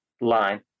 line